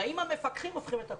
באים המפקחים והופכים את הכול.